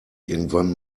irgendwann